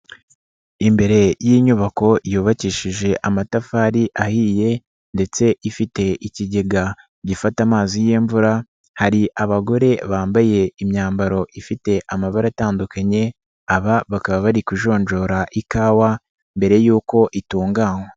Imbere y'inyubako yubakishije amatafari ahiye ndetse ifite ikigega gifata amazi y'imvura, hari abagore bambaye imyambaro ifite amabara atandukanye, aba bakaba bari kujonjora ikawa mbere y'uko itunganywa.